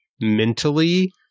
mentally